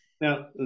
Now